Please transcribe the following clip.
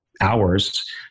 hours